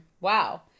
Wow